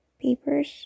papers